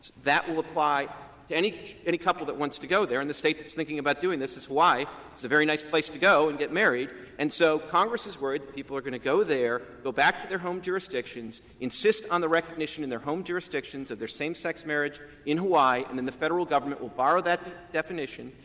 that will apply to any any couple that wants to go there. and the state that's thinking about doing this is hawaii it's a very nice place to go and get married. and so congress is worried that people are going to go there, go back to their home jurisdictions, insist on the recognition in their home jurisdictions of their same-sex marriage in hawaii, and then the federal government will borrow that definition,